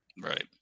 Right